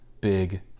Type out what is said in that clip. big